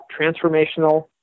transformational